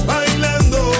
Bailando